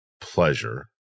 pleasure